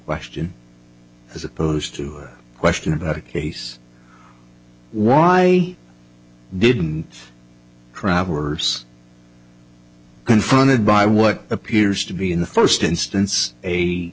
question as opposed to a question about a case why didn't have worse confronted by what appears to be in the first instance a